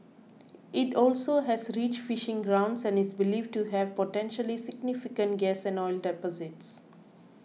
it also has rich fishing grounds and is believed to have potentially significant gas and oil deposits